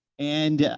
and yeah